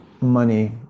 money